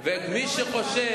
ואת מי שחושב,